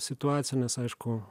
situaciją nes aišku